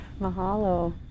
Mahalo